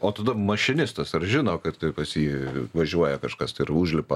o tada mašinistas ar žino kad tai pas jį važiuoja kažkas tai ir užlipa